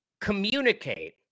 communicate